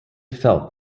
felt